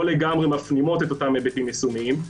לגמרי מפנימות את אותם היבטים יישומיים.